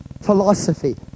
philosophy